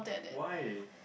why